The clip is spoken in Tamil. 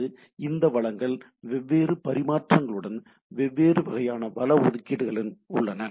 அல்லது இந்த வளங்கள் வெவ்வேறு பரிமாற்றங்ககளுடன் வெவ்வேறு வகையான வள ஒதுக்கீடுகளுடன் உள்ளன